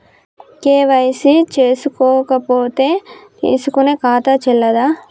KYC చేసుకోకపోతే తీసుకునే ఖాతా చెల్లదా?